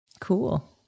Cool